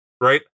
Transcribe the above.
Right